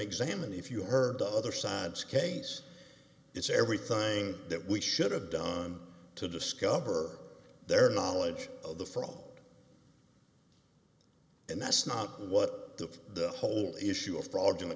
examined if you heard the other side's case it's everything that we should have done to discover their knowledge of the fraud and that's not what the whole issue of fr